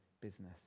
business